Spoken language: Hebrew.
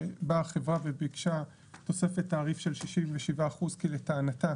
שבאה חברה וביקשה תוספת תעריף של 67% כי לטענתה